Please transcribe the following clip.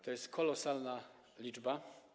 To jest kolosalna liczba.